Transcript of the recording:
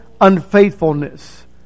unfaithfulness